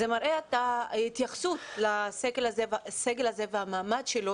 זה מראה את ההתייחסות לסגל הזה והמעמד שלו